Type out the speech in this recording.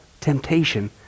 temptation